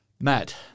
Matt